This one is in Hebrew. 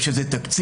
יש לזה תקציב,